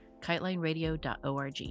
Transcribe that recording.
KiteLineRadio.org